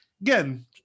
again